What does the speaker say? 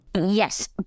Yes